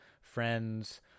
friends